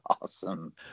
awesome